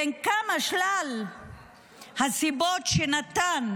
בין שלל הסיבות שנתן